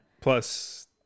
Plus